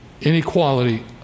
inequality